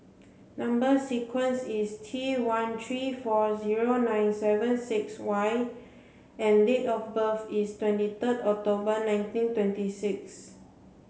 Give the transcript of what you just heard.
number sequence is T one three four zero nine seven six Y and date of birth is twenty third October nineteen twenty six